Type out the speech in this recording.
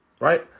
right